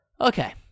okay